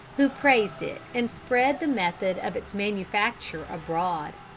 who praised it and spread the method of its manufacture abroad.